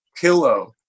pillow